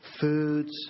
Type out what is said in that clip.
foods